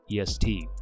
EST